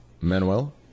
manuel